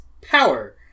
power